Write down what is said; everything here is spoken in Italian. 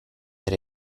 per